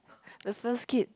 the first kid